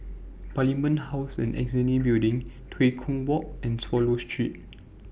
Parliament House and Annexe Building Tua Kong Walk and Swallow Street